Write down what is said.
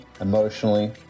emotionally